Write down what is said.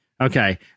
Okay